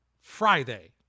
Friday